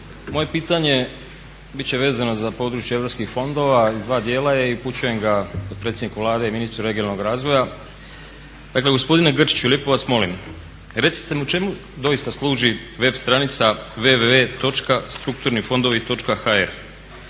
Moje pitanje bit će vezano za područje europskih fondova, iz dva dijela je i upućujem ga potpredsjedniku Vlade i ministru regionalnog razvoja. Dakle gospodinu Grčiću lijepo vam molim, recite mi čemu doista služi web stranica www.strukturnifondovi.hr